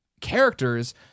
characters